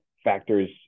factors